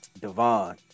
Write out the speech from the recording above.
Devon